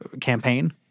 campaign